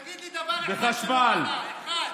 תגיד לי דבר אחד שלא עלה, אחד.